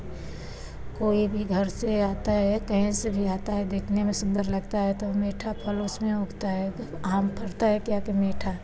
कोई भी घर से आता है कहीं से भी आता है देखने में सुंदर लगता है तो मीठा फल उसमें उगता है तो आम फरता है क्या के मीठा